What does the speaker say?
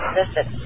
Listen